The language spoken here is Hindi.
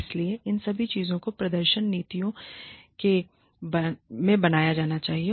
इसलिए इन सभी चीजों को प्रदर्शन नीतियों में बनाया जाना चाहिए